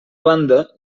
banda